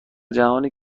جهانی